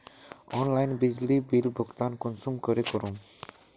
Online बिजली bill भुगतान कुंसम करे करूम?